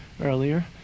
earlier